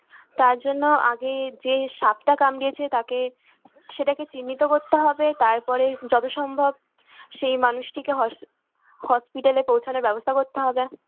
তার জন্য আগে যে সাপটা কামড়িয়েছে তাকে সেটাকে চিহ্নিত করতে হবে তারপরে যতো সম্ভব সেই মানুষটিকে হস হসপিটালে পৌঁছানোর ব্যবস্থা করতে হবে